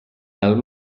dal